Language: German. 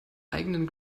eigenen